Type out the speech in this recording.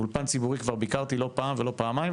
באולפן ציבורי כבר ביקרתי לא פעם ולא פעמיים,